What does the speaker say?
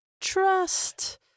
Trust